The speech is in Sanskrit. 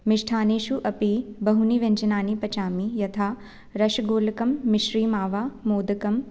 मिष्ठानेषु अपि बहूनि व्यञ्जनानि पचामि यथा रसगोलकं मिश्रीमावा मोदकं